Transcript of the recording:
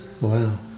Wow